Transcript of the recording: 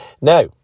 Now